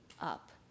up